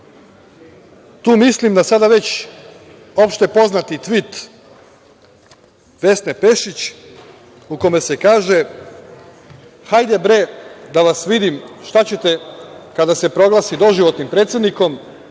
mislim na sada već opšte poznati tvit Vesne Pešić u kome se kaže – hajde bre, da vas vidim šta ćete kada se proglasi doživotnim predsednikom